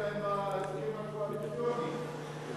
יש להם בהסכם הקואליציוני,